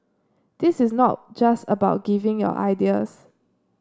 this is not just about giving your ideas